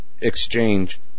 exchange